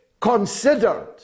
considered